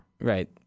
Right